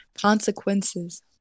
consequences